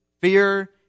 fear